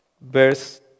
Verse